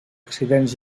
accidents